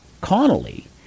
Connolly